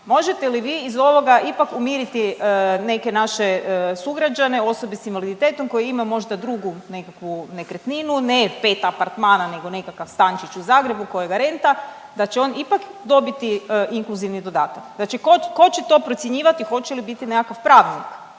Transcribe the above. Možete li vi iz ovoga ipak umiriti neke naše sugrađane, osobe s invaliditetom koji ima možda drugu neku nekretninu ne pet apartmana nego nekakav stančić u Zagrebu kojega renta da će on ipak dobiti inkluzivni dodatak? Znači ko će to procjenjivati? Hoće li biti nekakav pravilnik